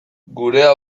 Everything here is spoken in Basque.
gurea